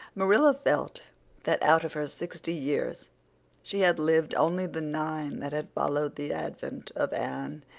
marilla felt that out of her sixty years she had lived only the nine that had followed the advent of anne.